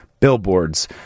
Billboards